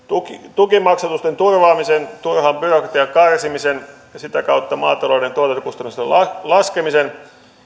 tukimaksatusten turvaamisen turhan byrokratian karsimisen ja sitä kautta maatalouden tuotantokustannusten laskemisen